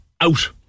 out